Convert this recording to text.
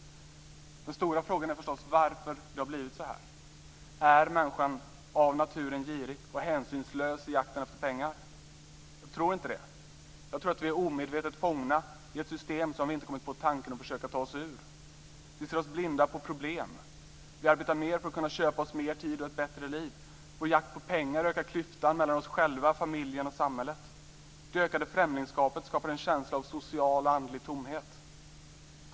Den stora frågan är förstås varför det har blivit så här. Är människan av naturen girig och hänsynslös i jakten på pengar? Jag tror inte det. Jag tror att vi är omedvetet fångna i ett system som vi inte kommit på tanken att försöka ta oss ur. Vi ser oss blinda på problemen. Vi arbetar mer för att kunna köpa oss mer tid och ett bättre liv. Vår jakt på pengar ökar klyftan mellan oss själva, familjen och samhället. Det ökade främlingsskapet skapar en känsla av social och andlig tomhet.